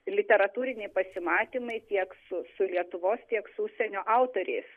literatūriniai pasimatymai tiek su su lietuvos tiek su užsienio autoriais